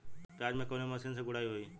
प्याज में कवने मशीन से गुड़ाई होई?